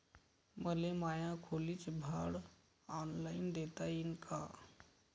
मले माया खोलीच भाड ऑनलाईन देता येईन का?